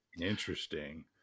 interesting